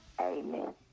Amen